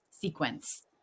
sequence